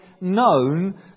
known